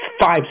five